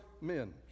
men